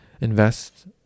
invest